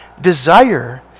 desire